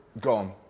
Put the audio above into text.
gone